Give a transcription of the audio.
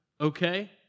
okay